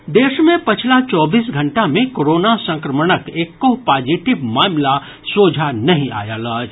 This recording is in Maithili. प्रदेश मे पछिला चौबीस घंटा मे कोरोना संक्रमणक एकह पॉजिटिव मामिला सोझा नहि आयल अछि